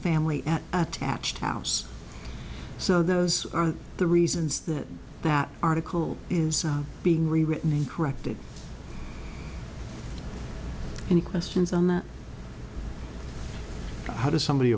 family at attached house so those are the reasons that that article is being written and corrected any questions on that how does somebody